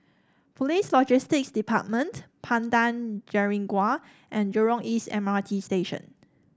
Police Logistics Department Padang Jeringau and Jurong East M R T Station